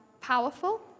powerful